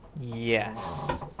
yes